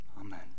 Amen